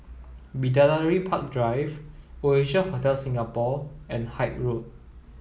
Bidadari Park Drive Oasia Hotel Singapore and Haig Road